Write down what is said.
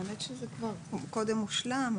האמת שקודם זה הושלם,